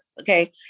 Okay